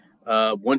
One